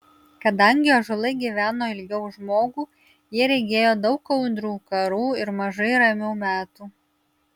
kadangi ąžuolai gyveno ilgiau už žmogų jie regėjo daug audrų karų ir mažai ramių metų